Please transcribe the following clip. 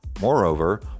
Moreover